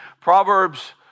Proverbs